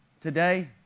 today